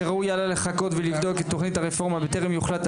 שראוי היה לחכות ולבדוק את תוכנית הרפורמה בטרם יוחלט,